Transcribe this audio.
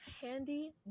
Handy